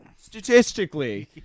statistically